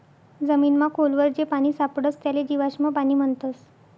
जमीनमा खोल वर जे पानी सापडस त्याले जीवाश्म पाणी म्हणतस